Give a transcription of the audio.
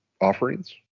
offerings